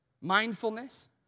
Mindfulness